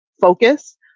focus